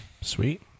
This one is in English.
Sweet